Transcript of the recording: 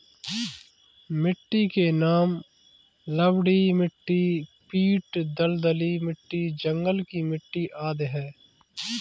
मिट्टी के नाम लवणीय मिट्टी, पीट दलदली मिट्टी, जंगल की मिट्टी आदि है